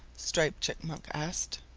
striped chipmunk asked.